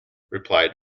replied